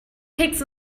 pigs